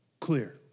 clear